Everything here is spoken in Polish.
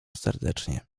serdecznie